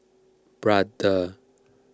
Brother